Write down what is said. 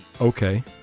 Okay